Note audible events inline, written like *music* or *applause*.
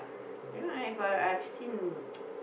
you know I have a I have seen *noise*